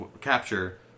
capture